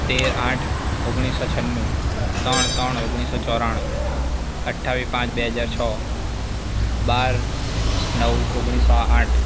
તેર આઠ ઓગણીસો છન્નુ ત્રણ ત્રણ ઓગણીસો ચોરાણું અઠ્ઠાવી પાંચ બે હજાર છ બાર નવ ઓગણીસો આઠ